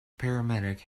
paramedic